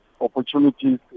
opportunities